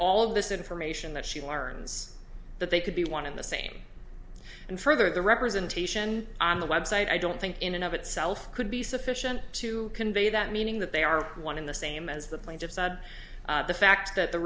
all this information that she learns that they could be one in the same and further the representation on the website i don't think in and of itself could be sufficient to convey that meaning that they are one in the same as the plaintiffs the fact that the